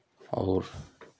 और